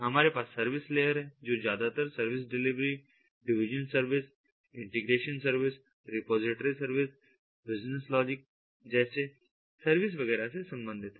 हमारे पास service layer है जो ज्यादातर service delivery division service integration service repository service business logic जैसे सर्विस वगैरह से संबंधित है